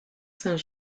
saint